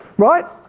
right?